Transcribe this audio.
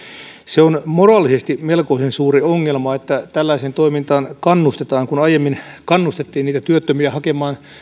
se on moraalisesti melkoisen suuri ongelma että tällaiseen toimintaan kannustetaan kun aiemmin kannustettiin niitä työttömiä hakemaan